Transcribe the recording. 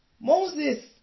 Moses